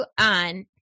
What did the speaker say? on